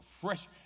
fresh